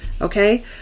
Okay